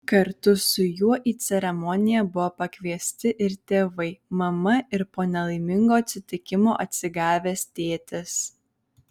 kartu su juo į ceremoniją buvo pakviesti ir tėvai mama ir po nelaimingo atsitikimo atsigavęs tėtis